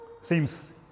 Seems